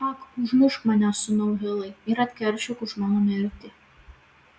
ak užmušk mane sūnau hilai ir atkeršyk už mano mirtį